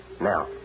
Now